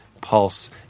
pulse